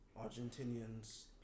Argentinians